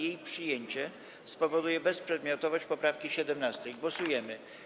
Jej przyjęcie spowoduje bezprzedmiotowość poprawki 17. Głosujemy.